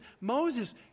Moses